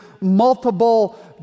multiple